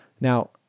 now